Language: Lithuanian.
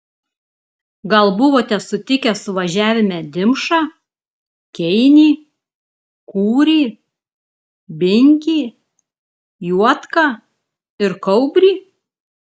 gal buvote sutikę suvažiavime dimšą keinį kūrį binkį juodką ir kaubrį